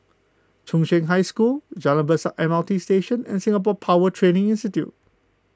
Chung Cheng High School Jalan Besar M R T Station and Singapore Power Training Institute